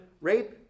rape